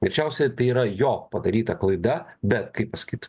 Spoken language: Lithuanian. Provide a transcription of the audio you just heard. greičiausiai tai yra jo padaryta klaida bet kaip pasakyt